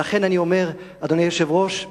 לכן, אדוני היושב-ראש,